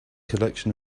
collection